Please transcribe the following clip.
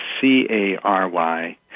C-A-R-Y